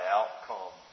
outcome